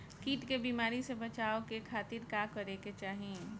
कीट के बीमारी से बचाव के खातिर का करे के चाही?